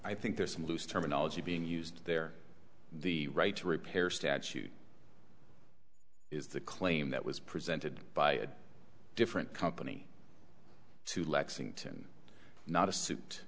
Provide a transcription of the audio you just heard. i think there's some loose terminology being used there the right to repair statute is the claim that was presented by a different company to lexington not a